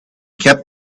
kept